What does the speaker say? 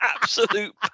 absolute